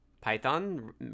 Python